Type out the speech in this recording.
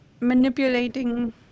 Manipulating